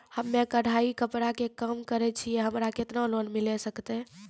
हम्मे कढ़ाई कपड़ा के काम करे छियै, हमरा केतना लोन मिले सकते?